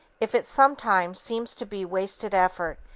if it sometime seem to be wasted effort,